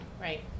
Right